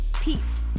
Peace